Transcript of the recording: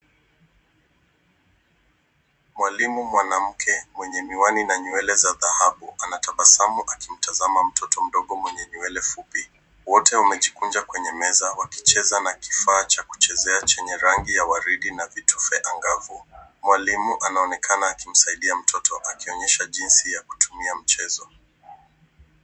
Mwalimu mwanamke mwenye miwani na nywele za dhahabu anatabasamu akimtazama mtoto mdogo mwenye nywele fupi. Wote wamejikunja kwenye meza wakicheza na kifaa cha kuchezea chenye rangi ya waridi na vituve angavu. Mwalimu anaonekana akimsaidia mtoto akionyesha jinsi ya kutumia mchezo.